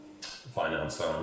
Finance